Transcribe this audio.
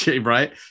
right